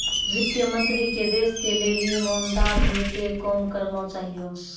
वित्त मन्त्री के देश के लेली इमानदार होइ के काम करना चाहियो